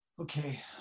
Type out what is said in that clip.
okay